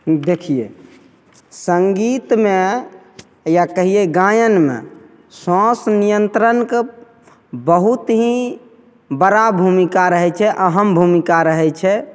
देखिए सङ्गीतमे या कहिए गायनमे श्वास नियन्त्रणके बहुत ही बड़ा भूमिका रहै छै अहम भूमिका रहै छै